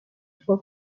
for